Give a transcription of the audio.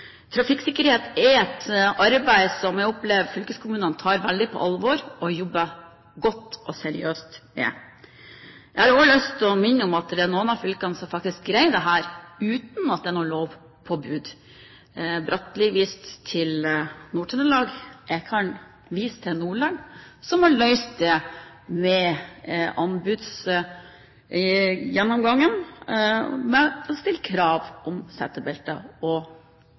Trafikksikkerhet er et arbeid som jeg opplever at fylkeskommunene tar veldig på alvor og jobber godt og seriøst med. Jeg har lyst til å minne om at det er noen av fylkene som faktisk greier dette, uten at det er lovpåbud. Bratli viste til Nord-Trøndelag. Jeg kan vise til Nordland, som har løst det med å stille krav om